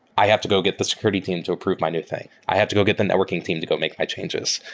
i have to go get the security team to approve my new thing. i had to go get the networking team to go make my changes.